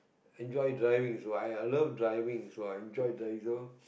enjoy driving so I I love driving so I enjoy drive you know